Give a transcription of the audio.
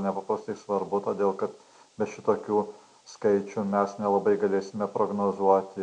nepaprastai svarbu todėl kad be šitokių skaičių mes nelabai galėsime prognozuot